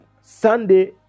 sunday